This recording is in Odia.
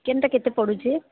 କେନ୍ଟା କେତେ ପଡ଼ୁଛି